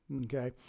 Okay